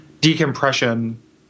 decompression